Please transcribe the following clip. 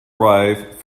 arrive